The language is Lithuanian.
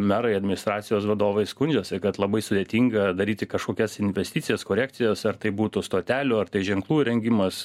merai administracijos vadovai skundžiasi kad labai sudėtinga daryti kažkokias investicijas korekcijas ar tai būtų stotelių ar tai ženklų įrengimas